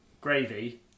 gravy